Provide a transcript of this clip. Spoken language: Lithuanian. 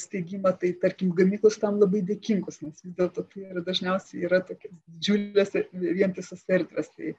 steigimą tai tarkim gamyklos tam labai dėkingos nes vis dėlto tai dažniausiai yra tokia džiunglės vientisos erdvės tai